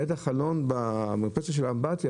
ליד החלון במרפסת האמבטיה,